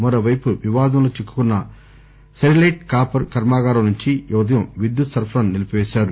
మరోవైపు వివాదంలో చిక్కుకున్న సెరిలైట్ కాపర్ కర్మాగారం నుంచి ఈ ఉదయం విద్యుత్ సరఫరాను నిలిపివేశారు